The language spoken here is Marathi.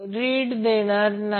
तर ते 8 800 वॅट आहे